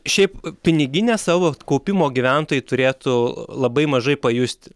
šiaip pinigine savo kaupimo gyventojai turėtų labai mažai pajusti